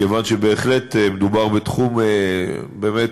כיוון שבהחלט מדובר בתחום, באמת,